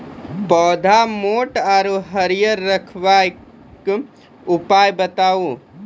पौधा मोट आर हरियर रखबाक उपाय बताऊ?